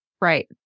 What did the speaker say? Right